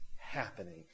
happening